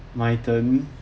my turn